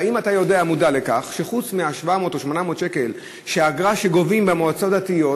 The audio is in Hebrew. האם אתה מודע לכך שחוץ מ-800-700 שקל אגרה שגובים במועצות הדתיות